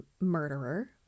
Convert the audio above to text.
murderer